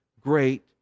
great